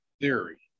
theory